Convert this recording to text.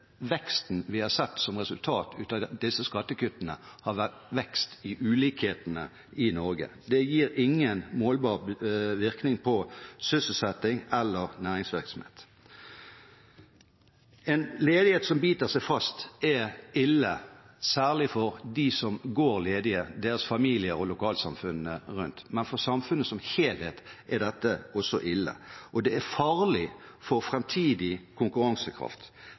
veksten vi har sett som resultat av disse skattekuttene, har vært vekst i ulikhetene i Norge. De gir ingen målbar virkning på sysselsetting eller næringsvirksomhet. En ledighet som biter seg fast, er ille særlig for dem som går ledige, deres familier og lokalsamfunnene rundt. Men for samfunnet som helhet er dette også ille. Det er farlig for framtidig konkurransekraft,